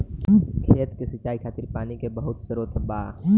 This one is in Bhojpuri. खेत के सिंचाई खातिर पानी के बहुत स्त्रोत बा